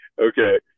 Okay